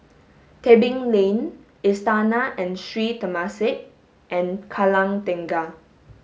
Tebing Lane Istana and Sri Temasek and Kallang Tengah